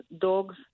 dogs